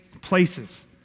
places